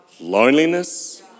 loneliness